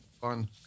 fun